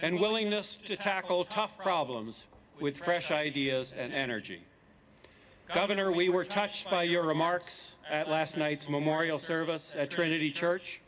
and willingness to tackle tough problems with fresh ideas and energy governor we were touched by your remarks at last night's memorial service at trinity church